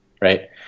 right